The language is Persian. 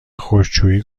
خشکشویی